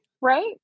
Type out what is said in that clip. right